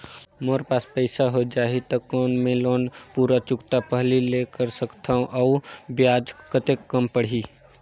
मोर पास पईसा हो जाही त कौन मैं लोन पूरा चुकता पहली ले कर सकथव अउ ब्याज कतेक कम पड़ही?